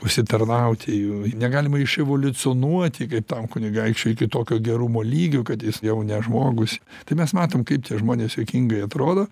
užsitarnauti jų negalima iš evoliucionuoti tam kunigaikščiui iki tokio gerumo lygio kad jis jau ne žmogus tai mes matom kaip tie žmonės juokingai atrodo